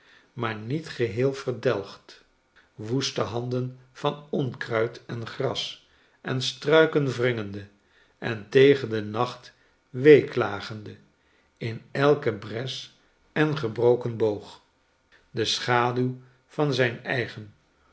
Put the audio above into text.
maar niet geheel verdelgd woeste handen van onkruid en gras en struiken wringende en tegen den nacht weeklagende in elke bres en gebroken boog de schaduw van zijn eigen